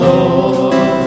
Lord